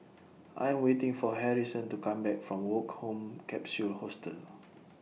I'm waiting For Harrison to Come Back from Woke Home Capsule Hostel